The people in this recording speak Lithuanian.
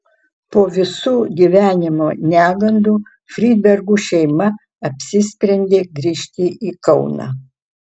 po visų gyvenimo negandų fridbergų šeima apsisprendė grįžti į kauną